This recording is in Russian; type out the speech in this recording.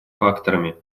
факторами